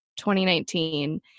2019